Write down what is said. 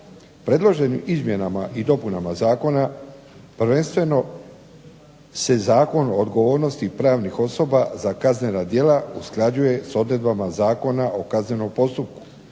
Predloženim izmjenama i dopunama zakona prvenstveno se Zakon o odgovornosti pravnih osoba za kaznena djela usklađuje s odredbama Zakona o kaznenom postupku,